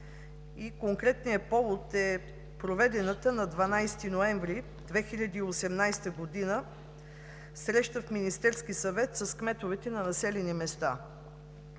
Конкретният повод е проведената на 12 ноември 2018 г. среща в Министерския съвет с кметове на населени места.